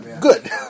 good